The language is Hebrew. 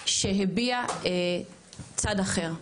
שהביעה צד אחר,